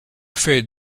fed